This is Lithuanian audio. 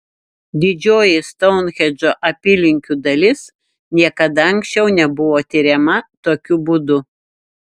didžioji stounhendžo apylinkių dalis niekada anksčiau nebuvo tiriama tokiu būdu